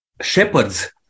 shepherd's